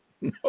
no